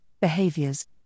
behaviors